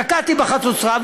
תקעתי בחצוצרה,